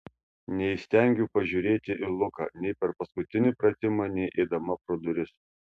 neįstengiau pažiūrėti į luką nei per paskutinį pratimą nei eidama pro duris